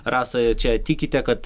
rasa čia tikite kad